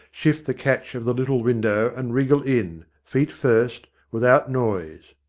shift the catch of the little window, and wriggle in, feet first, without noise.